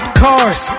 cars